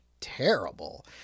terrible